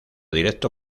directo